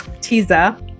teaser